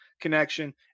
connection